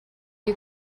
you